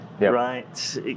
right